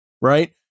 right